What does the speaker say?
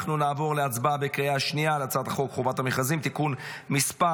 נעבור להצבעה בקריאה שנייה על הצעת חוק חובת המכרזים (תיקון מס'